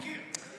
מכיר.